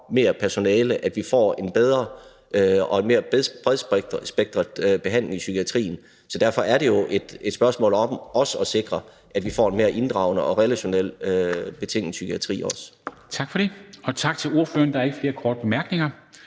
mere personale og vi får en bedre og mere bredspektret behandling i psykiatrien. Så derfor er det jo et spørgsmål om også at sikre, at vi også får en mere inddragende og relationelt betinget psykiatri. Kl. 11:07 Formanden (Henrik Dam Kristensen): Tak for det, og tak til ordføreren. Der er ikke flere korte bemærkninger.